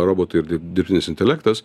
robotai ir dir dirbtinis intelektas